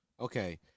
Okay